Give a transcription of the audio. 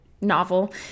novel